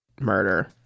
murder